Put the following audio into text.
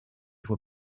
fue